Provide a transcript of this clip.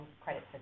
credit